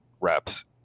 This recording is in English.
reps